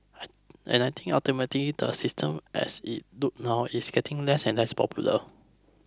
and I think ultimately the system as it look now is getting less and less popular